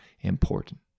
important